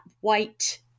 white